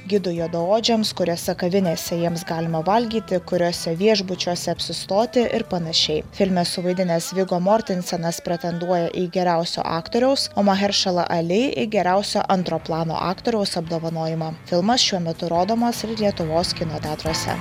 gidu juodaodžiams kuriose kavinėse jiems galima valgyti kuriose viešbučiuose apsistoti ir panašiai filme suvaidinęs vigo mortensenas pretenduoja į geriausio aktoriaus o maheršala ali į geriausio antro plano aktoriaus apdovanojimą filmas šiuo metu rodomas ir lietuvos kino teatruose